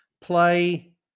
play